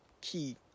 key